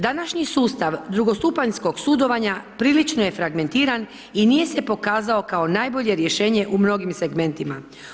Današnji sustav drugostupanjskog sudovanja prilično je fragmentiran i nije se pokazao kao najbolje rješenje u mnogim segmentima.